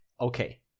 Okay